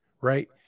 right